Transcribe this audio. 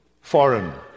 foreign